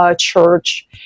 church